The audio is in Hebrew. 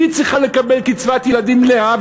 היא צריכה לקבל קצבת ילדים מלאה,